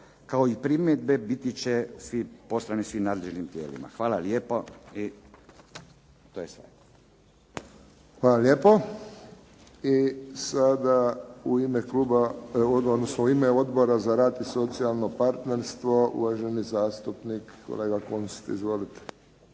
kao i primjedbi biti će poslani svim nadležnim tijelima. Hvala lijepo i to je sve. **Friščić, Josip (HSS)** Hvala lijepo. I sada u ime Odbora za rad i socijalno partnerstvo, uvaženi zastupnik kolega Kunst. Izvolite.